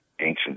ancient